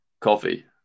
coffee